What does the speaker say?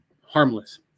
harmless